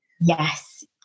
Yes